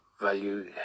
value